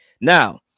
Now